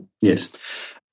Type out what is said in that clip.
Yes